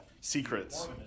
secrets